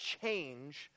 change